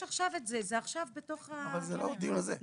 אבל זה לא הדיון הזה.